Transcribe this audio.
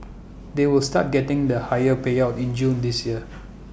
they will start getting the higher payouts in June this year